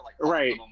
right